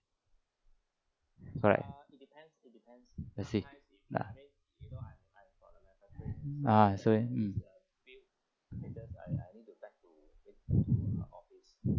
correct I see ah mm